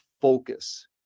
focus